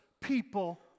people